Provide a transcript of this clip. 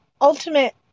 ultimate